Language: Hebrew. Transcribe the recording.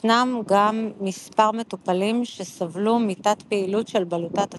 ישנם גם מספר מטופלים שסבלו מתת פעילות של בלוטת התריס,